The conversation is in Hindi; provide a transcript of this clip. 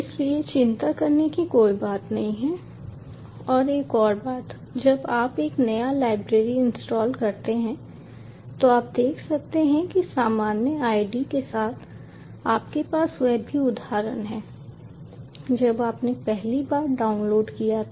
इसलिए चिंता करने की कोई बात नहीं है और एक और बात जब आप एक नया लाइब्रेरी इंस्टॉल करते हैं तो आप देख सकते हैं कि सामान्य ID के साथ आपके पास वह भी उदाहरण हैं जब आपने पहली बार डाउनलोड किया था